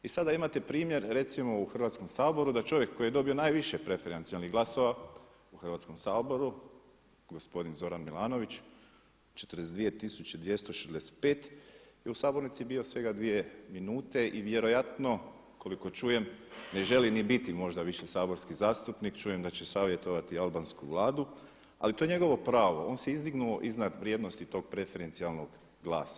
I sada imate primjer recimo u Hrvatskom saboru da čovjek koji je dobio najviše preferencijalnih glasova u Hrvatskom saboru, gospodin Zoran Milanović 42 tisuće 265 je u sabornici bio svega 2 minute i vjerojatno koliko čujem ne želi ni biti možda više saborski zastupnik, čujem da će savjetovati albansku vladu ali to je njegovo pravo on se izdignuo iznad vrijednosti tog preferencijalnog glasa.